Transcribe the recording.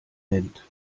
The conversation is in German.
nennt